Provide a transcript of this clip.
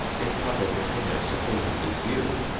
if public opinion supported this view,